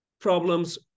problems